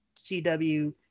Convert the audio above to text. CW